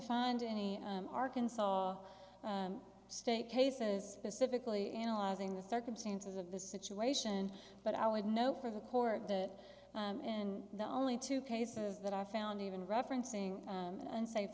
find any arkansas state cases pacifically analyzing the circumstances of the situation but i would know for the court the and the only two cases that i found even referencing an unsafe